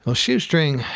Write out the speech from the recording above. ah shoestring.